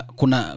kuna